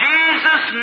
Jesus